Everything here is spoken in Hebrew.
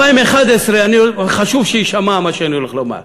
ב-2011, חשוב שיישמע מה שאני הולך לומר,